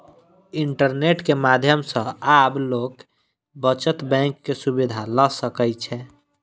internet के माध्यम सॅ आब लोक बचत बैंक के सुविधा ल सकै छै